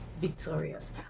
victorious